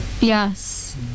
Yes